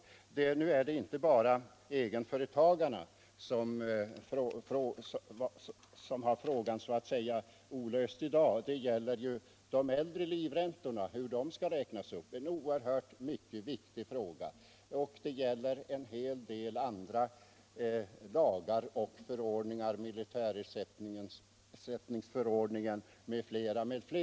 Det är inte bara egenföretagarna som har frågan olöst i dag. Problemet med hur de äldre livräntorna skall räknas upp är en mycket viktig fråga. Vi har också en del andra lagar och förordningar, t.ex. militärersättningsförordningen, som måste ses över.